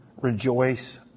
rejoice